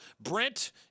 Brent